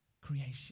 creation